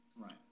Right